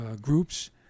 groups